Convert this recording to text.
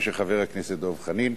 ושל חבר הכנסת דב חנין.